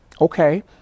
okay